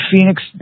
Phoenix